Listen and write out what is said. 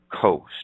coast